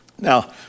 Now